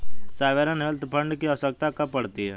Sovereign wealth fund की आवश्यकता कब पड़ती है?